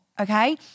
Okay